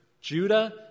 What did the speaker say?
Judah